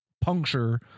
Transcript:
puncture